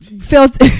Felt